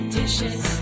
dishes